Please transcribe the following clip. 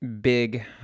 big